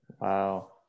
Wow